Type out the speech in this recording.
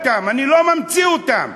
אני לא ממציא אותם.